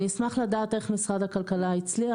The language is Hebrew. אני אשמח לדעת איך משרד הכלכלה הצליח